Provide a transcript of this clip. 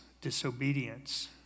disobedience